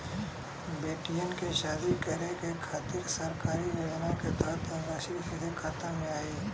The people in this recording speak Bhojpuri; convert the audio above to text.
बेटियन के शादी करे के खातिर सरकारी योजना के तहत धनराशि सीधे खाता मे आई?